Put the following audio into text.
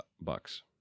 bucks